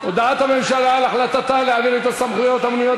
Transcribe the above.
הודעת הממשלה על החלטתה להעביר את הסמכויות המנויות